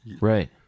Right